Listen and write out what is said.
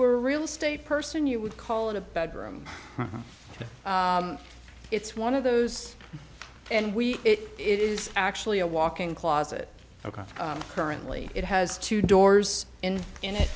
real estate person you would call it a bedroom it's one of those and we it is actually a walk in closet ok currently it has two doors in in it